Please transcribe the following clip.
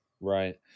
Right